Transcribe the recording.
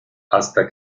hasta